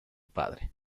padre